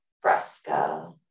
fresca